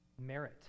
merit